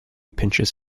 pinches